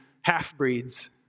half-breeds